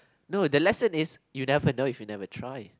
no the lesson is you never know if you never try